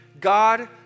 God